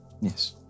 yes